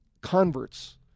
converts